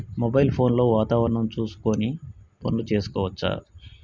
Mobile phone లో వాతావరణం చూసుకొని పనులు చేసుకోవచ్చా?